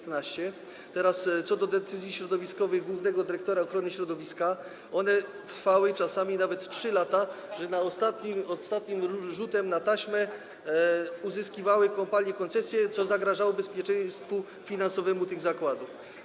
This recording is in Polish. Teraz co do decyzji środowiskowych głównego dyrektora ochrony środowiska, to one trwały czasami nawet 3 lata, tak że kopalnie rzutem na taśmę uzyskiwały koncesje, co zagrażało bezpieczeństwu finansowemu tych zakładów.